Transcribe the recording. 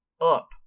up